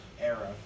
era